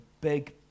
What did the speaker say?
big